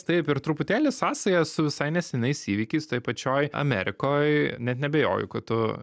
taip ir truputėlį sąsaja su visai nesenais įvykiais toj pačioj amerikoj net neabejoju kad tu